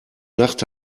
nacht